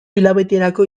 hilabeterako